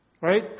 Right